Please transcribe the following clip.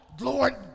Lord